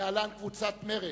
להלן: קבוצת סיעת מרצ,